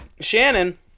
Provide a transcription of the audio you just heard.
Shannon